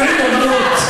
הוא נפטר